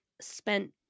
spent